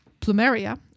plumeria